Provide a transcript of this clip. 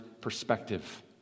perspective